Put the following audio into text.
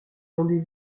rendez